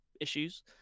issues